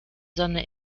sonne